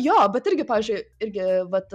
jo bet irgi pavyzdžiui irgi vat